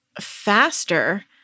faster